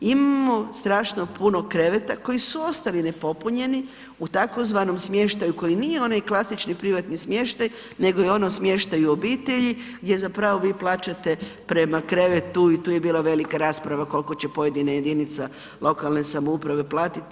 Imamo strašno puno kreveta koji su ostali nepopunjeni u tzv. smještaju koji nije onaj klasični privatni smještaj nego je ono smještaj u obitelji gdje vi plaćate prema krevetu i tu je bila velika rasprava koliko će pojedina jedinice lokalne samouprave platiti.